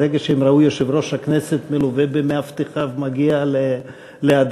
ברגע שהם ראו את יושב-ראש הכנסת מלווה במאבטחיו מגיע ל"הדסה",